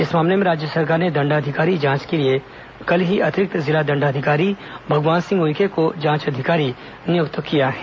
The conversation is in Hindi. इस मामले में राज्य सरकार ने दंडाधिकारी जांच के लिए कल ही अतिरिक्त जिला दंडाधिकारी भगवान सिंह उइके को जांच अधिकारी नियुक्त किया है